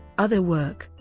other work